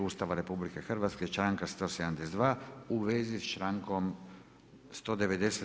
Ustava RH, članka 172. u vezi s člankom 190.